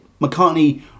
McCartney